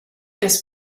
des